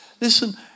Listen